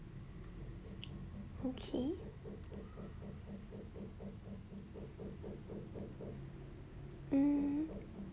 okay hmm